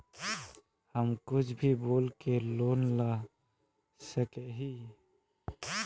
हम कुछ भी बोल के लोन ला सके हिये?